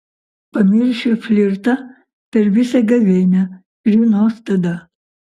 pamiršiu flirtą per visą gavėnią žinos tada